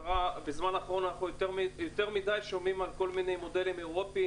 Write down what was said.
בזמן האחרון אנחנו יותר מדי שומעים על כל מיני מודלים אירופיים,